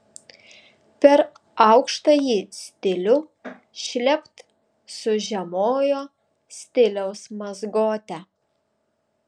per aukštąjį stilių šlept su žemojo stiliaus mazgote